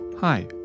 Hi